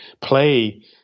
play